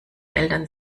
eltern